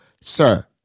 sir